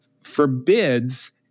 forbids